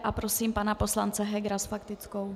A prosím pana poslance Hegera s faktickou.